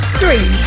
three